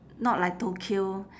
not like tokyo